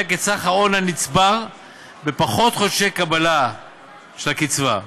את סך ההון הנצבר בפחות חודשי קבלה של הקצבה,